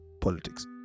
politics